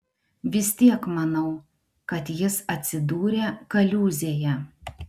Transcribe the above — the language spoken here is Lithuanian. vis tiek manau kad jis atsidūrė kaliūzėje